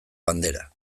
bandera